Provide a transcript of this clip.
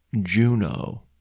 Juno